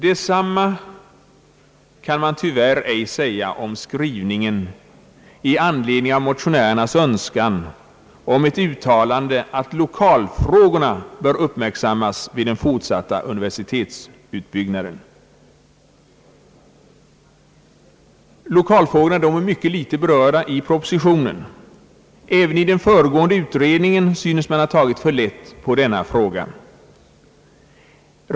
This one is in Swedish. Detsamma kan man tyvärr ej säga om skrivningen i anledning av motionärernas önskan om ett uttalande att lokalfrågorna bör uppmärksammas vid den fortsatta universitetsutbyggnaden. &Lokalfrågorna beröres mycket litet i propositionen. Även i den föregående utredningen synes man ha tagit för lätt på denna fråga.